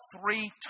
three